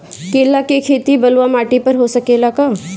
केला के खेती बलुआ माटी पर हो सकेला का?